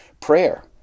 Prayer